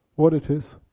what it is,